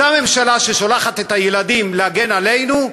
אותה ממשלה ששולחת את הילדים להגן עלינו,